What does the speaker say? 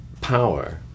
power